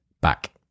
back